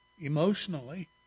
emotionally